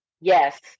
Yes